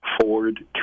ford